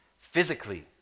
physically